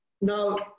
Now